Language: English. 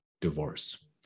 divorce